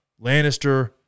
Lannister